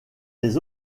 les